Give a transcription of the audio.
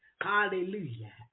Hallelujah